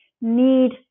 need